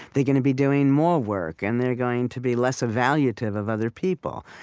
they're going to be doing more work, and they're going to be less evaluative of other people.